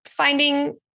finding